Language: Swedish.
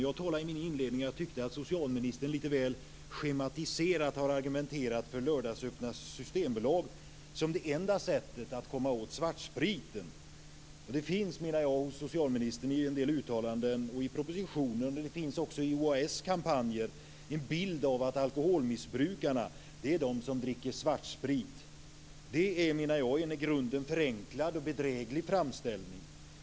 Jag tyckte i min inledning att socialministern lite väl schematiserat har argumenterat för lördagsöppet som det enda sättet att komma åt svartspriten. Det finns, menar jag, hos socialministern i en del uttalanden, i propositionen och också i OAS kampanjer en bild av att alkoholmissbrukarna är de som dricker svartsprit. Det är menar jag en i grunden förenklad och bedräglig framställning.